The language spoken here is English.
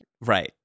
right